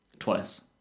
Twice